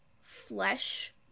flesh